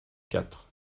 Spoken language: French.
quatre